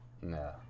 No